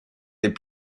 les